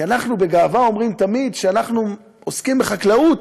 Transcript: כי אנחנו בגאווה תמיד אומרים שאנחנו עוסקים בחקלאות,